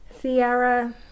Sierra